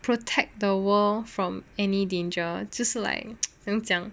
protect the war from any danger to 就是 like 怎样讲